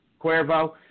Cuervo